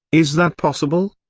is that possible?